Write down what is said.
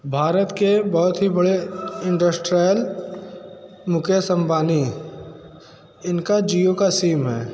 भारत के बहोत ही बड़े इंडस्ट्रायल मुकेश अंबानी इनका जिओ का सिम है